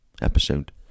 episode